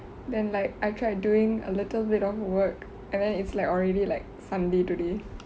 then like I tried doing a little bit of work and then it's like already like sunday today